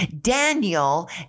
Daniel